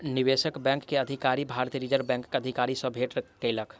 निवेशक बैंक के अधिकारी, भारतीय रिज़र्व बैंकक अधिकारी सॅ भेट केलक